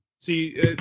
see